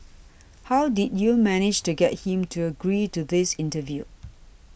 how did you manage to get him to agree to this interview